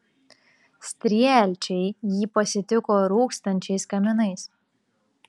strielčiai jį pasitiko rūkstančiais kaminais